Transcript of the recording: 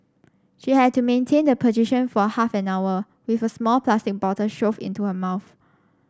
she had to maintain the position for half an hour with a small plastic bottle shoved into her mouth